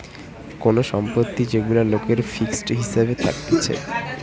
কোন সম্পত্তি যেগুলা লোকের ফিক্সড হিসাবে থাকতিছে